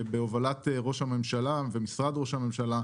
בהובלת ראש הממשלה ומשרד ראש הממשלה,